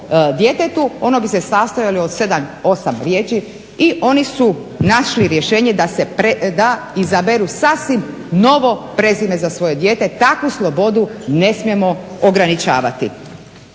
ono bi se sastojalo od 7, 8 riječi i oni su našli rješenje da se da izaberu sasvim novo prezime za svoje dijete. Takvu slobodu ne smijemo ograničavati.